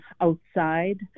outside